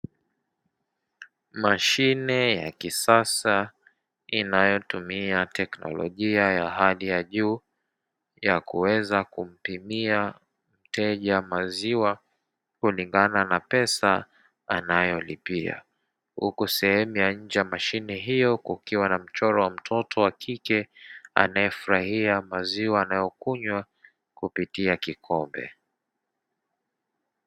Mashine ya kisasa inayotumia teknolojia ya hali ya juu ya kuweza kupimia mteja maziwa kulingana na pesa anayolipia, huku sehemu ya nje ya mashine hiyo, kukiwa na mchoro wa mtoto wa kike anayefurahia maziwa anayokunywa kupitia kikombe.